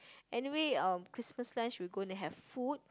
anyway Christmas lunch we going to have food